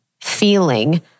feeling